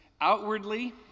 outwardly